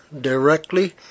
directly